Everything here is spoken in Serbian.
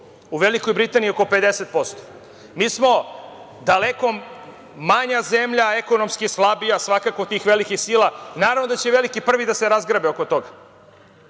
U Velikoj Britaniji oko 50%.Mi smo daleko manja zemlja, ekonomski slabija svakako od tih velikih sila. Naravno da će veliki prvo da se razgrabe oko toga